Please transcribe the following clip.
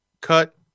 cut